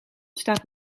staat